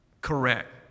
correct